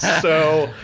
so,